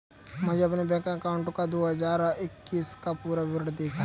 मुझे अपने bank account का दो हज़ार इक्कीस का पूरा विवरण दिखाएँ?